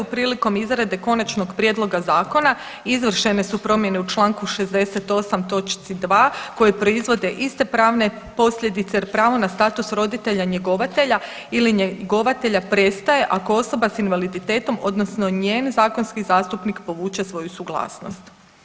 Prilikom izrade konačnog prijedloga zakona izvršene su promjene u članku 68. točci 2. koji proizvode iste pravne posljedice, jer pravo na status roditelja, njegovatelja ili njegovatelj prestaje ako osoba sa invaliditetom, odnosno njen zakonski zastupnik povuče svoju suglasnost.